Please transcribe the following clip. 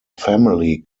family